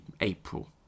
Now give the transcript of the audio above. April